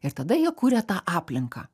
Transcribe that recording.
ir tada jie kuria tą aplinką